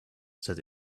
said